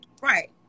right